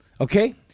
Okay